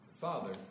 Father